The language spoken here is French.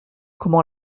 comment